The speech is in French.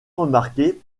remarquer